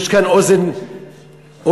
יש כאן אוזן קשבת.